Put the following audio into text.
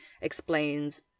explains